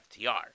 FTR